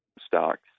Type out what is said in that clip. stocks